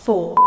Four